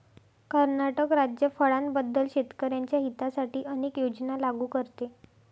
कर्नाटक राज्य फळांबद्दल शेतकर्यांच्या हितासाठी अनेक योजना लागू करते